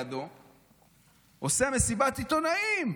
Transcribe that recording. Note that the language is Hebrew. עושה מסיבת עיתונאים.